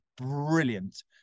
brilliant